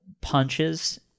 punches